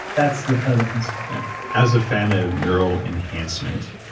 that's the kind of principle as a fan of neural enhancement,